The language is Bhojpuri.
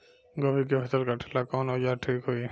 गोभी के फसल काटेला कवन औजार ठीक होई?